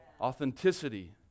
Authenticity